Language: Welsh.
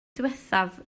ddiwethaf